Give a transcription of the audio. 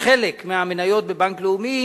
חלק מהמניות בבנק לאומי,